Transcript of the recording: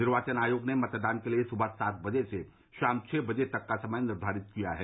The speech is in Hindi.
निर्वाचन आयोग ने मतदान के लिये सुबह सात बजे से शाम छह बजे तक का समय निर्धारित किया है